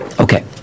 Okay